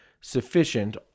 sufficient